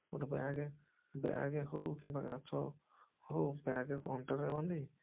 ଗୋଟେ bag bag ହଉ କିମ୍ବା ମାଛ ହଉ ବ୍ୟାଗ୍ ଅଣ୍ଟାରେ ବାନ୍ଧି